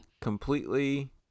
Completely